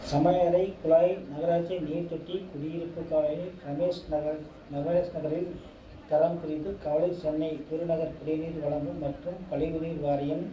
சமையலறை குழாய் நகராட்சி நீர்த் தொட்டி குடியிருப்பு காலனி ரமேஷ் நகர் ரமேஷ் நகரில் தரம் குறித்து கவலை சென்னை பெருநகர் குடிநீர் வழங்கும் மற்றும் கழிவுநீர் வாரியம்